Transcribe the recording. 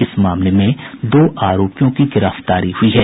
इस मामले में दो आरोपियों की गिरफ्तारी हुई है